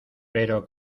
pero